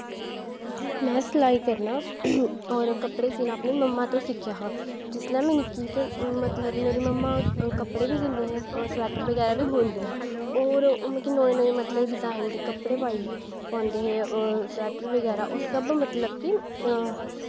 में सलाई करना और कपड़े सीना अनपी मम्मा तो सिक्खेआ हा जिसलै में निक्की ही ते मेरी मम्मा कपड़े बी सींदे हे स्वैट्टर बगैरा बी सींदियां हां और ओह् मिकी नमें नमें मतलव डिज़ाईन दे कपड़े पाईयै पांदे हे स्वैट्टर बगैरा ओह् सब मतलव कि